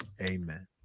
Amen